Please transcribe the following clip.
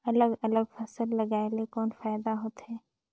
अलग अलग फसल लगाय ले कौन फायदा होथे?